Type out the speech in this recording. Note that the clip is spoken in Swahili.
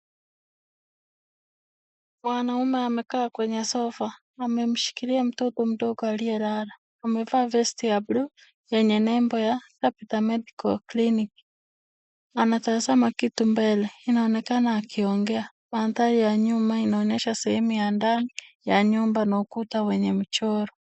Mwanaume amekaa kwenye sofa amemshikilia mtoto mdogo aliyelala, amevalia vesti ya bluu yenye nembo ya Tabitha medical clinic, anatazama kitu mbele anaonekana akiongea, mandhari ya nyuma inaonyesha sehemu ya ndani ya nyumba na ukuta wenye mchoro.